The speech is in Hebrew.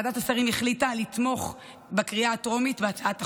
ועדת השרים החליטה לתמוך בקריאה הטרומית בהצעת החוק,